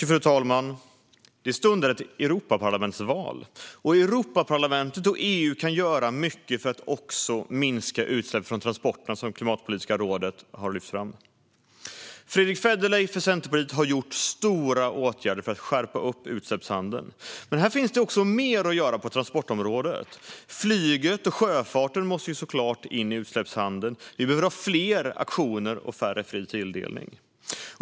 Fru talman! Det stundar ett Europaparlamentsval. Europaparlamentet och EU kan göra mycket för att minska utsläppen från transporter, som Klimatpolitiska rådet har lyft fram. Centerpartiets Fredrick Federley har gjort stora insatser för att skärpa utsläppshandeln, men det finns mer att göra på transportområdet. Flyget och sjöfarten måste såklart in i utsläppshandeln. Vi behöver ha fler auktioner och mindre fri tilldelning.